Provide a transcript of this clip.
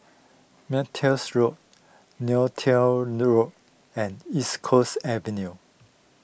Montreals Road Neo Tiew Road and East Coast Avenue